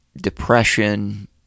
depression